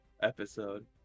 Episode